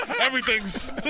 everythings